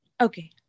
Okay